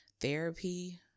therapy